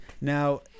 Now